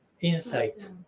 insight